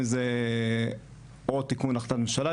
אם זה עוד תיקון של החלטת ממשלה,